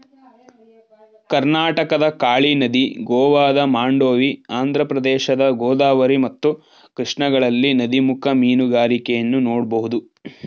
ಕರ್ನಾಟಕದ ಕಾಳಿ ನದಿ, ಗೋವಾದ ಮಾಂಡೋವಿ, ಆಂಧ್ರಪ್ರದೇಶದ ಗೋದಾವರಿ ಮತ್ತು ಕೃಷ್ಣಗಳಲ್ಲಿ ನದಿಮುಖ ಮೀನುಗಾರಿಕೆಯನ್ನು ನೋಡ್ಬೋದು